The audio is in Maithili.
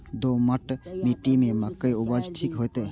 दोमट मिट्टी में मक्के उपज ठीक होते?